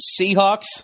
Seahawks